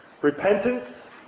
Repentance